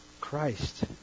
Christ